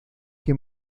que